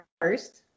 first